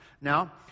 Now